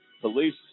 police